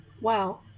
wow